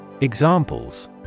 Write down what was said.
Examples